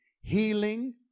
healing